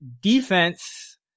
defense